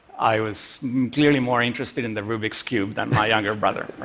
i was clearly more interested in the rubik's cube than ah younger brother.